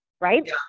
Right